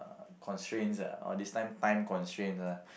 constraints ah or this time time constraints lah